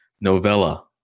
novella